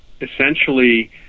essentially